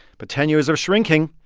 but ten years are shrinking,